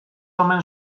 omen